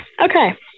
Okay